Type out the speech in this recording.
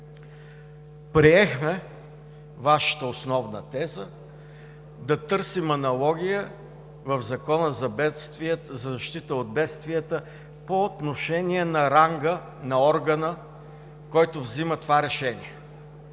Приехме Вашата основна теза да търсим аналогия в Закона за защита от бедствията по отношение на ранга на органа, който взима това решение.